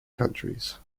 countries